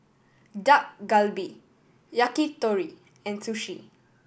Dak Galbi Yakitori and Sushi